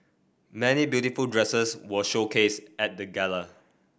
many beautiful dresses were showcased at the Gala